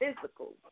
physical